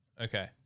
Okay